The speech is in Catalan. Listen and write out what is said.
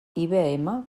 ibm